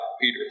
Peter